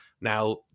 Now